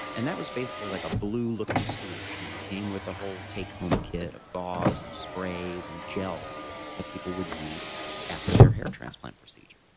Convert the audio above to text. and that was, basically, like a blue-looking solution. it came with a whole take-home kit of gauze, and sprays, and gels that people would use after their hair transplant procedure.